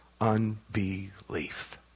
unbelief